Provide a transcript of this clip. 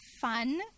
fun